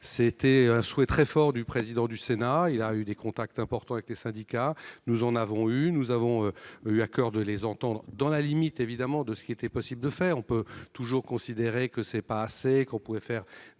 c'était un souhait très fort du président du Sénat, qui a eu des contacts importants avec les syndicats. Nous en avons eu également, avec le souci de les entendre et dans la limite, évidemment, de ce qu'il était possible de faire. On peut toujours considérer que ce n'est pas suffisant, mais